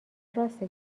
راسته